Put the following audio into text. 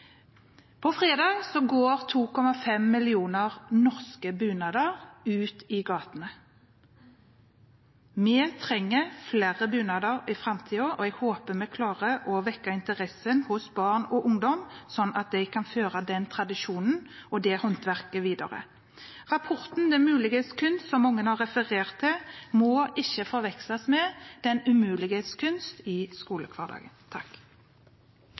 På søndag går 2,5 millioner norske bunader ut i gatene. Vi trenger flere bunader i framtiden, og jeg håper vi klarer å vekke interessen hos barn og ungdom, slik at de kan føre den tradisjonen og det håndverket videre. Rapporten Det muliges kunst, som mange har referert til, må ikke forveksles med det umuliges kunst i skolehverdagen.